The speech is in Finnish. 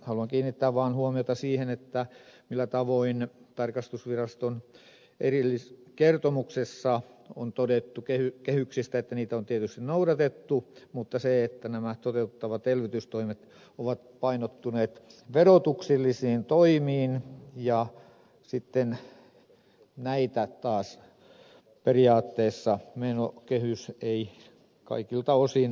haluan kiinnittää vaan huomiota siihen millä tavoin tarkastusviraston erilliskertomuksessa on todettu kehyksistä että niitä on tietysti noudatettu mutta nämä toteutettavat elvytystoimet ovat painottuneet verotuksellisiin toimiin ja sitten näitä taas periaatteessa menokehys ei kaikilta osin huomioi